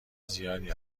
زیادی